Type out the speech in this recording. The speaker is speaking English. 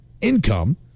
income